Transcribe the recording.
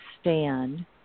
stand